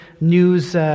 news